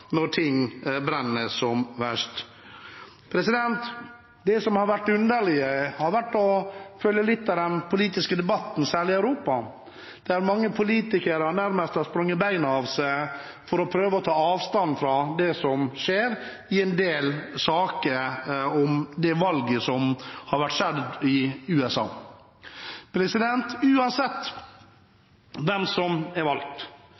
når ting brenner som verst. Det som har vært underlig, har vært å følge litt av den politiske debatten, særlig i Europa, der mange politikere nærmest har sprunget bena av seg for å prøve å ta avstand fra det som skjer i en del saker, om det valget som har vært i USA. Uansett hvem som er valgt,